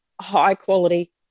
high-quality